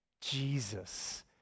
Jesus